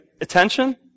attention